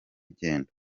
genda